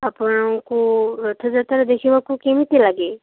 ଆପଣଙ୍କୁ ରଥଯାତ୍ରା ଦେଖିବାକୁ କେମିତି ଲାଗେ